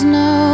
no